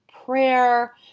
prayer